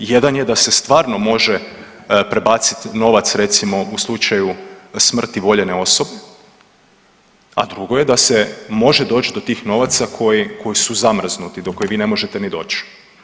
Jedan je da se stvarno može prebaciti novac, recimo u slučaju smrti voljene osobe, a drugo je da se može doći do tih novaca koji su zamrznuti, do kojih vi ne možete ni doći.